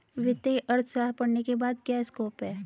वित्तीय अर्थशास्त्र पढ़ने के बाद क्या स्कोप है?